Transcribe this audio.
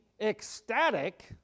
ecstatic